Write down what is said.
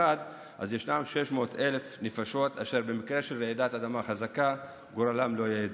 אז יש 600,000 נפשות אשר במקרה של רעידת אדמה חזקה גורלם לא ידוע.